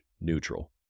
neutral